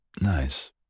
nice